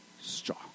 strong